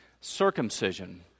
circumcision